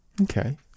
Okay